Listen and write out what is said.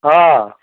ହଁ